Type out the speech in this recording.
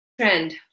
trend